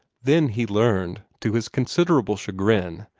then he learned, to his considerable chagrin,